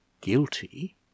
guilty